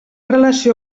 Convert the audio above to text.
relació